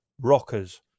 rockers